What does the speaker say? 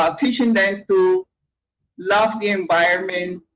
um teaching them to love the environment,